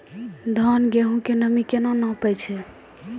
धान, गेहूँ के नमी केना नापै छै?